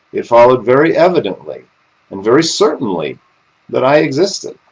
it followed very evidently and very certainly that i existed,